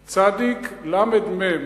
צדי"ק, למ"ד, מ"ם.